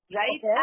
right